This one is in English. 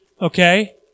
okay